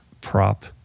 prop